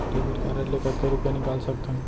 Debit card ले कतका रुपिया निकाल सकथन?